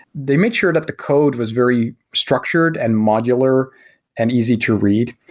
they make sure that the code was very structured and modular and easy to read,